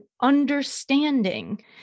understanding